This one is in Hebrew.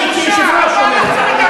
אני כיושב-ראש אומר את זה.